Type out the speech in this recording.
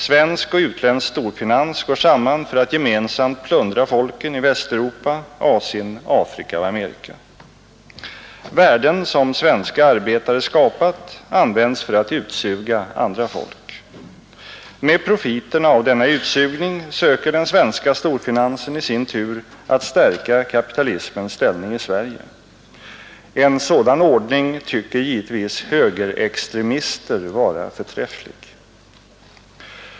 Svensk och utländsk storfinans går samman för att gemensamt plundra folken i Västeuropa, Asien, Afrika och Amerika. Värden som svenska arbetare skapat används för att utsuga andra folk. Med profiterna av denna utsugning söker den svenska storfinansen i sin tur att stärka kapitalismens ställning i Sverige. En sådan ordning anser givetvis högerextremisterna vara förträfflig.